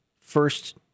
first